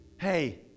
hey